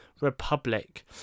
Republic